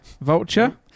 Vulture